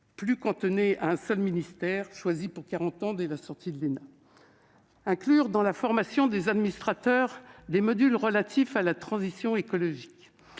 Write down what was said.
plus cantonnées à un seul ministère, choisi pour quarante ans dès la sortie de l'ENA. Inclure dans la formation des administrateurs des modules relatifs à la transition écologique,